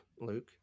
luke